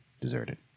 deserted